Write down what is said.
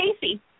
Casey